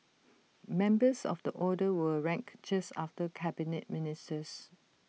members of the order were ranked just after Cabinet Ministers